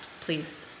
please